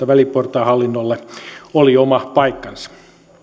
väliportaan hallinnolle oli oma paikkansa